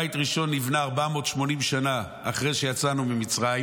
בית ראשון נבנה 480 שנה אחרי שיצאנו ממצרים